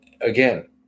again